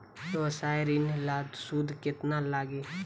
व्यवसाय ऋण ला सूद केतना लागी?